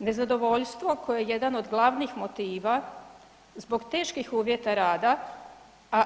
Nezadovoljstvo koje je jedan od glavnih motiva zbog teških uvjeta rada, a